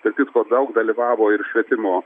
tarp kitko daug dalyvavo ir švietimo